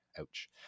Ouch